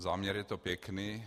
Záměr je to pěkný.